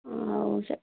ଆଉ ସେ